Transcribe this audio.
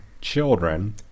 children